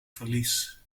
verlies